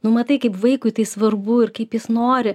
nu matai kaip vaikui tai svarbu ir kaip jis nori